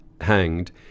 hanged